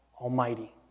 Almighty